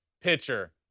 pitcher